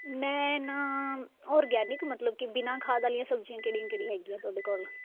ਮੈਂ ਨਾ ਔਰਗੈਨਿਕ ਮਤਲਬ ਕਿ ਬਿਨਾਂ ਖਾਦ ਵਾਲੀਆਂ ਸਬਜ਼ੀਆਂ ਕਿਹੜੀਆਂ ਕਿਹੜੀਆਂ ਹੈਗੀਆਂ ਤੁਹਾਡੇ ਕੋਲ